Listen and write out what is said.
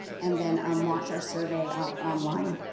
and then um launch our survey ah online.